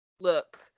Look